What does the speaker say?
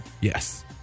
Yes